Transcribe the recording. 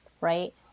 right